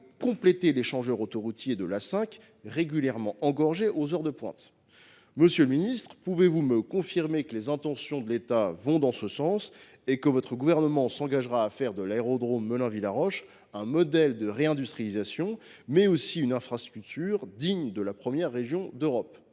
de l’échangeur autoroutier de l’A5, régulièrement engorgé aux heures de pointe. Monsieur le ministre, pouvez vous me confirmer que les intentions de l’État vont dans ce sens et que votre gouvernement s’engagera à faire de l’aérodrome de Melun Villaroche un modèle de réindustrialisation, mais aussi une infrastructure digne de la première région d’Europe ?